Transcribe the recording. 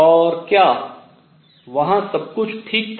और क्या वहां सब कुछ ठीक था